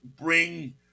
bring